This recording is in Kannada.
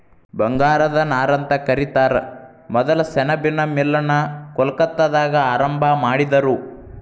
ಬಂಗಾರದ ನಾರಂತ ಕರಿತಾರ ಮೊದಲ ಸೆಣಬಿನ್ ಮಿಲ್ ನ ಕೊಲ್ಕತ್ತಾದಾಗ ಆರಂಭಾ ಮಾಡಿದರು